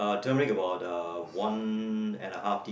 turmeric about uh one and a half tea